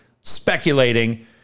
speculating